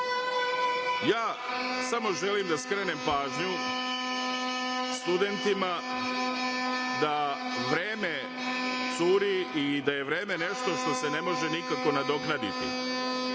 samo želim da skrenem pažnju studentima da vreme curi i da je vreme nešto što se ne može nikako nadoknaditi.